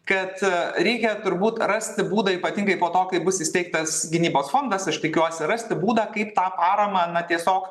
kad reikia turbūt rasti būdą ypatingai po to kai bus įsteigtas gynybos fondas aš tikiuosi rasti būdą kaip tą paramą na tiesiog